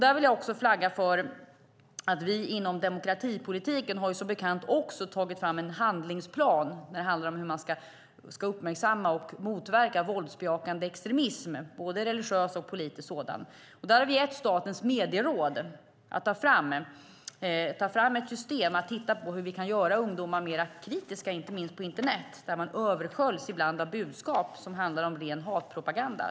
Där vill jag också flagga för att vi inom demokratipolitiken som bekant har tagit fram en handlingsplan för hur man ska uppmärksamma och motverka våldsbejakande extremism - både religiös och politisk sådan. Där har vi gett Statens medieråd uppdraget att ta fram ett system och titta på hur vi kan göra ungdomar mer kritiska, inte minst på internet där man ibland översköljs av budskap som är ren hatpropaganda.